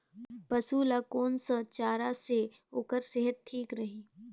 पशु ला कोन स चारा से ओकर सेहत ठीक रही?